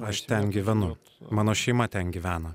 aš ten gyvenu mano šeima ten gyvena